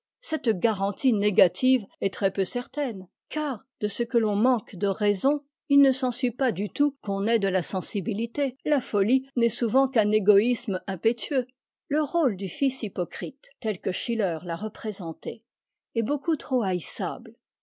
cette garantie négative est très-peu certaine car de ce que l'on manque de raison il ne s'ensuit pas du tout qu'on ait de la sensibilité la folie n'est souvent qu'on égoïsme impétueux le rôle du fils hypocrite tel que schiller l'a représenté est beaucoup trop haissable